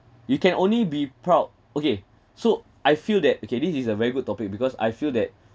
you can only be proud okay so I feel that okay this is a very good topic because I feel that